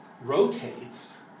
rotates